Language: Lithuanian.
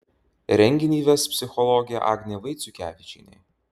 renginį ves psichologė agnė vaiciukevičienė